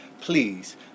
please